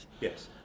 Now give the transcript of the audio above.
yes